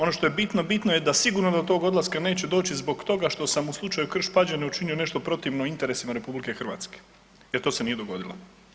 Ono što je bitno, bitno je da sigurno do tog odlaska neće doći zbog toga što sam u slučaju Krš-Pađene učinio nešto protivno interesima RH jer to se nije dogodilo.